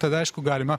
tada aišku galima